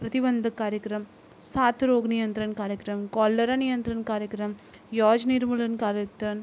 प्रतिबंधक कार्यक्रम साथरोग नियंत्रण कार्यक्रम कॉलरा नियंत्रण कार्यक्रम यॉज निर्मूलन कार्यक्रम